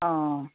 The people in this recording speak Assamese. অঁ